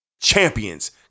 champions